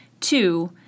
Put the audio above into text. Two